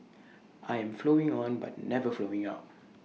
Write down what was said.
I am flowing on but never flowing out